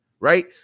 right